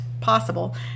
possible